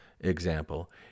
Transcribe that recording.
example